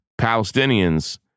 Palestinians